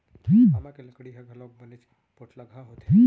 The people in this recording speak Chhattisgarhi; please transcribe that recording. आमा के लकड़ी ह घलौ बनेच पोठलगहा होथे